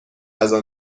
غذا